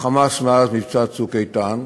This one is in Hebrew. ה"חמאס", מאז מבצע "צוק איתן"